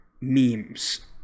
memes